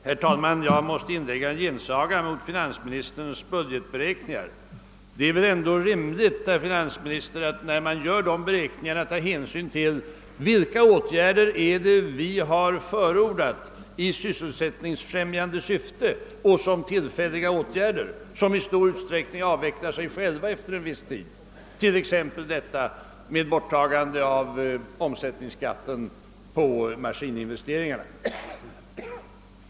Herr talman! Jag måste inlägga en gensaga mot finansministerns budgetberäkningar. Det är väl ändå rimligt, herr finansminister, att man vid sådana beräkningar tar hänsyn till vilka åtgärder vi har förordat i sysselsättningsfrämjande syfte såsom tillfälliga åtgärder vilka i stor utsträckning avvecklar sig själva efter en viss tid. Jag tar som exempel borttagande av omsättningsskatten på maskininvesteringar.